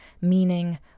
meaning